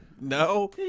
No